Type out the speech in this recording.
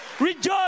Rejoice